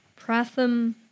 Pratham